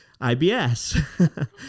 ibs